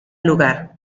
lugar